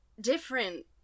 Different